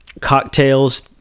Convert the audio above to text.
cocktails